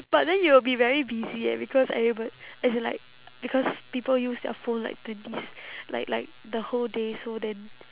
but then you will be very busy eh because everybo~ as in like because people use their phone like twenty s~ like like the whole day so then